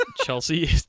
Chelsea